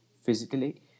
physically